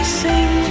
sing